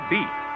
Beat